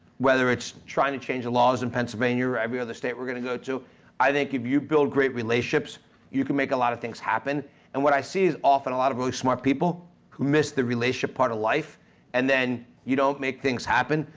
whether it's trying to change the laws in pennsylvania or every other state we're gonna go to i think if you build great relationships you can make a lot of things happen and what i see is often a lot of really smart people who miss the relationship part of life and then you don't make things happen.